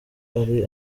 ari